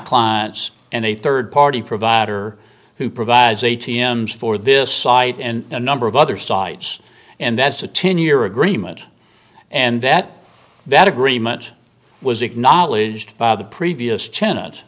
clients and a third party provider who provides a t m for this site and a number of other sites and that's a ten year agreement and that that agreement was acknowledged by the previous ten